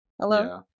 Hello